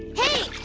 hey!